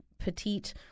petite